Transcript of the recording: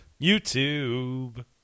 YouTube